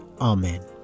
amen